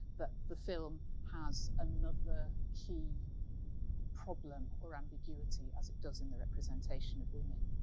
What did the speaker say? that the film has another key problem or ambiguity as it does in the representation of women.